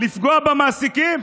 לפגוע במעסיקים,